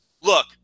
look